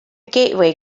gateway